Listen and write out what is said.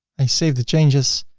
i save the changes.